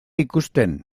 ikusten